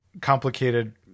complicated